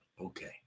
Okay